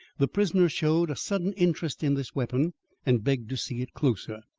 the prisoner showed a sudden interest in this weapon and begged to see it closer.